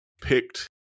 picked